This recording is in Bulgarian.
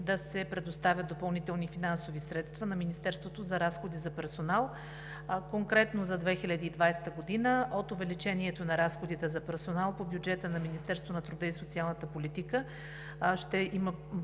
да се предоставят допълнителни финансови средства на Министерството за разходи за персонал. Конкретно за 2020 г. от увеличението на разходите за персонал по бюджета на Министерството на труда и социалната политика ще има